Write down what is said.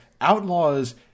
Outlaws